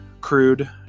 Crude